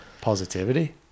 Positivity